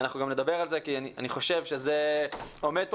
אנחנו גם נדבר על זה כי אני חושב שזה עומד כאן